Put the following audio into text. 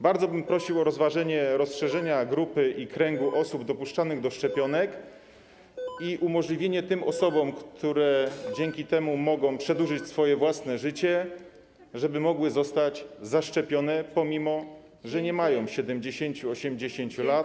Bardzo bym prosił o rozważenie rozszerzenia grupy, kręgu osób dopuszczonych do szczepienia i umożliwienie tym osobom, które dzięki temu mogą przedłużyć swoje własne życie, żeby mogły zostać zaszczepione, pomimo że nie mają 70, 80 lat.